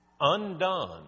undone